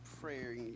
prayer